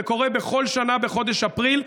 זה קורה בכל שנה בחודש אפריל.